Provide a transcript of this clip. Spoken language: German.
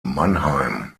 mannheim